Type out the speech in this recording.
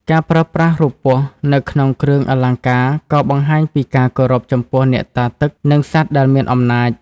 ការប្រើប្រាស់រូបពស់នៅក្នុងគ្រឿងអលង្ការក៏បង្ហាញពីការគោរពចំពោះអ្នកតាទឹកនិងសត្វដែលមានអំណាច។